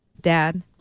Dad